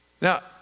Now